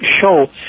show